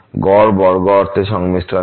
গড় বর্গ অর্থে সংমিশ্রণ দ্বারা